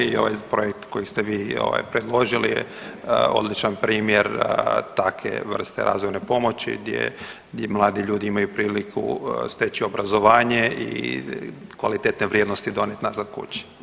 I ovaj projekt koji ste vi ovaj predložili je odličan primjer takve vrste razvojne pomoći gdje, gdje mladi ljudi imaju priliku steći obrazovanje i kvalitetne vrijednosti donijet nazad kući.